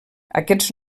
aquests